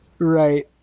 right